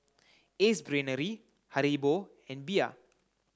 Ace Brainery Haribo and Bia